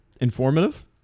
informative